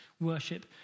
worship